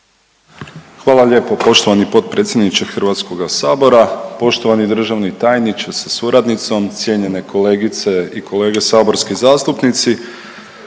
Hvala lijepo poštovani potpredsjedniče Hrvatskoga sabora. Poštovani državni tajniče sa suradnicom, cijenjene kolegice i kolege saborski zastupnici,